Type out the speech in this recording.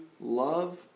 love